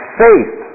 faith